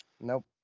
Nope